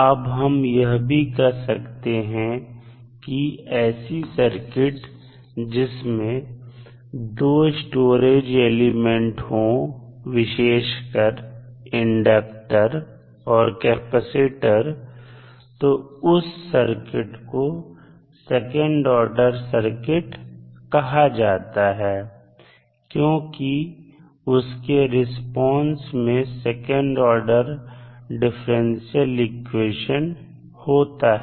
अब हम यह भी कह सकते हैं कि ऐसी सर्किट जिसमें दो स्टोरेज एलिमेंट हो विशेषकर इंडक्टर और कैपेसिटर तो उस सर्किट को सेकंड ऑर्डर सर्किट कहा जाता है क्योंकि उसके रिस्पांस में सेकंड ऑर्डर डिफरेंशियल इक्वेशन होता है